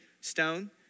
stone